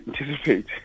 anticipate